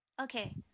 Okay